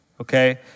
okay